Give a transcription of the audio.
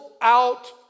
out